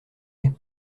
est